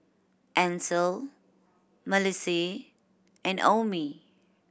Ancil Malissie and Omie